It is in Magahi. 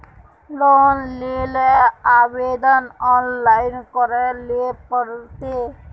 लोन लेले आवेदन ऑनलाइन करे ले पड़ते?